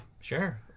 Sure